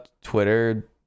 twitter